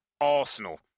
Arsenal